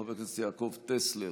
חבר הכנסת יעקב טסלר,